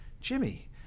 jimmy